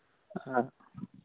ꯑ